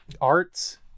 arts